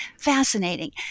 Fascinating